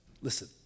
Listen